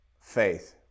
faith